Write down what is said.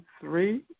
three